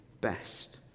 best